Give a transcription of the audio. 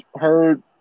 heard